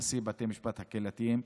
נשיא בתי המשפט הקהילתיים,